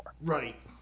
Right